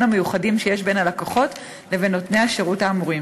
המיוחדים שיש בין הלקוחות לבין נותני השירות האמורים.